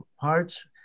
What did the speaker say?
parts